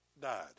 died